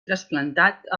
trasplantat